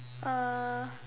uh